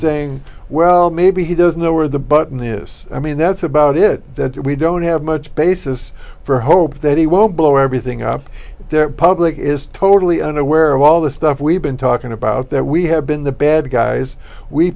saying well maybe he doesn't know where the button is i mean that's about it that we don't have much basis for hope that he won't blow everything up their public is totally unaware of all the stuff we've been talking about that we have been the bad guys we